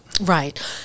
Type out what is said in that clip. right